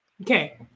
okay